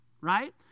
right